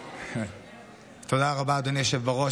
תודה רבה, אדוני היושב-ראש.